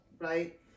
right